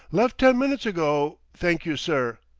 left ten minutes ago, thank you, sir.